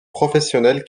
professionnel